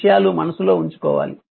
ఈ విషయాలు మనసులో ఉంచుకోవాలి